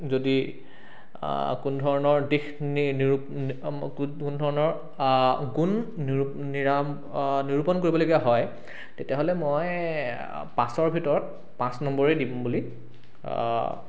যদি কোনো ধৰণৰ দিশ নিৰূপ কোনো ধৰণৰ গুণ নিৰাম নিৰূপণ কৰিব লগা হয় তেতিয়াহ'লে মই পাঁচৰ ভিতৰত পাঁচ নম্বৰে দিম বুলি